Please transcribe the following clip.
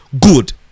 good